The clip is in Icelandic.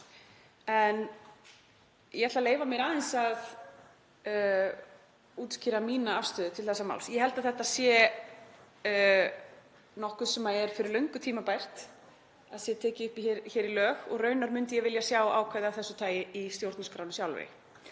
en ég ætla að leyfa mér að útskýra mína afstöðu til þessa máls. Ég held að þetta sé nokkuð sem er fyrir löngu tímabært að sé tekið upp hér í lög og raunar myndi ég vilja sjá ákvæði af þessu tagi í stjórnarskránni sjálfri,